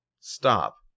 Stop